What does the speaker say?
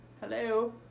hello